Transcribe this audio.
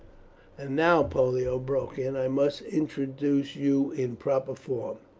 and now, pollio broke in, i must introduce you in proper form.